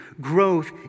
growth